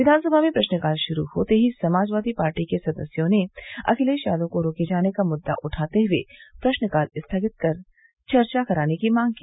विधानसभा में प्रश्नकाल शुरू होते ही समाजवादी पार्टी के सदस्यों ने अखिलेश यादव को रोके जाने का मुद्दा उठाते हुए प्रश्नकाल स्थगित कर चर्चा कराने की मांग की